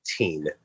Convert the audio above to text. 18